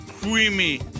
creamy